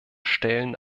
stellen